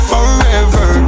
Forever